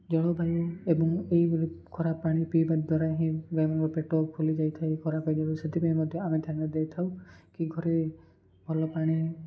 ଜଳବାୟୁ ଏବଂ ଏହିଭଳି ଖରାପ ପାଣି ପିଇବା ଦ୍ୱାରା ହିଁ ଗାଈମାନଙ୍କ ପେଟ ଫୁଲି ଯାଇଥାଏ ଖରାପ ହୋଇଯାଏ ସେଥିପାଇଁ ମଧ୍ୟ ଆମେ ଧ୍ୟାନ ଦେଇଥାଉ କି ଘରେ ଭଲ ପାଣି